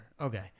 Okay